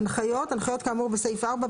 "הנחיות" הנחיות כאמור בסעיף 4,